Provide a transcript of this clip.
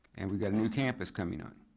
and we've got new campus coming on.